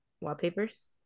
wallpapers